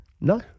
no